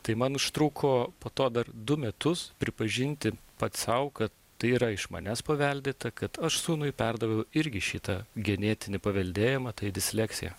tai man užtruko po to dar du metus pripažinti pats sau kad tai yra iš manęs paveldėta kad aš sūnui perdaviau irgi šitą genetinį paveldėjimą tai disleksiją